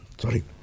sorry